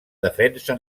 defensa